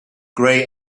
grey